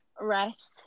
rest